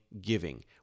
giving